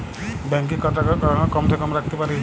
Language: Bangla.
ব্যাঙ্ক এ কত টাকা কম সে কম রাখতে পারি?